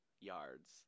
yards